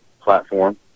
platform